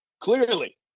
clearly